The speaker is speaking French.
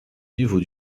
niveau